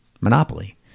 monopoly